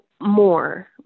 more